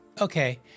okay